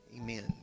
Amen